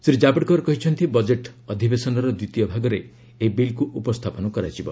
ଶ୍ରୀ ଜାବଡେକର କହିଛନ୍ତି ବଜେଟ୍ ଅଧୀବେଶନର ଦ୍ୱିତୀୟ ଭାଗରେ ଏହି ବିଲ୍କୁ ଉପସ୍ଥାପନ କରାଯିବ